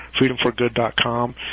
Freedomforgood.com